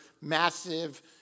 massive